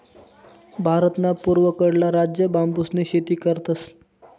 भारतना पूर्वकडला राज्य बांबूसनी शेती करतस